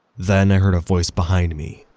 then i heard a voice behind me.